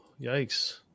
yikes